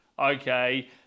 Okay